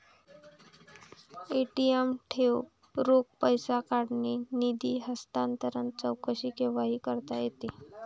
ATM ठेव, रोख पैसे काढणे, निधी हस्तांतरण, चौकशी केव्हाही करता येते